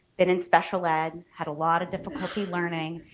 been in special ed, had a lot of difficulty learning,